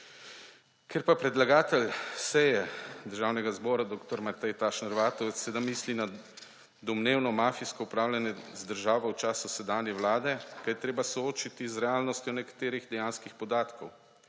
Ker pa predlagatelj seje Državnega zbora dr. Matej Tašner Vatovec seveda misli na domnevno mafijsko upravljanje z državo v času sedanje vlade, ga je treba soočiti z realnostjo nekaterih dejanskih podatkov.